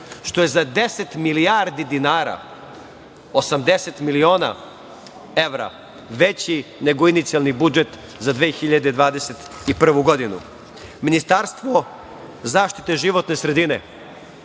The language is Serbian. što je za 10 milijardi dinara, 80 miliona evra veći nego inicijalni budžet za 2021. godinu. Ministarstvo za zaštitu životne sredine,